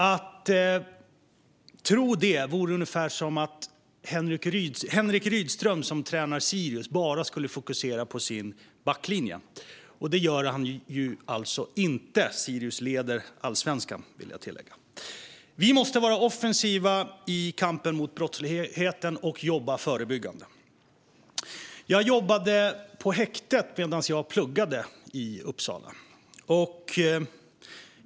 Att tro detta vore ungefär som att Henrik Rydström, som tränar Sirius, bara skulle fokusera på sin backlinje, och det gör han inte. Sirius leder allsvenskan, ska jag tillägga. Vi måste vara offensiva i kampen mot brottsligheten och jobba förebyggande. Jag jobbade på häktet när jag pluggade i Uppsala.